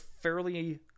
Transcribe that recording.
fairly